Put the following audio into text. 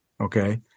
Okay